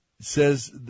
says